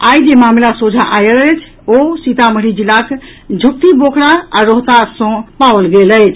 आई जे मामिला सोझा आयल अछि ओ सीतामढ़ी जिलाक झुक्ती बोखरा आ रोहतास सँ पाओल गेलहा अछि